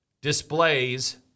displays